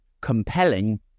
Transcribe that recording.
compelling